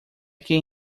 can